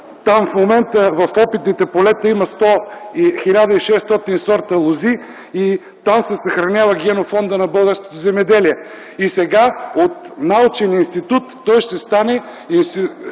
Там в момента, в опитните полета има 1600 сорта лози и там се съхранява генофондът на българското земеделие. И сега от научен институт той ще придобие